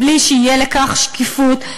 בלי שתהיה לכך שקיפות,